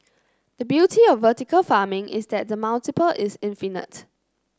the beauty of vertical farming is that the multiple is infinite